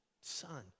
son